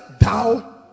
thou